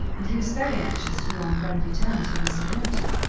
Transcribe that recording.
and he was very anxious to be on friendly terms with mr. hampton.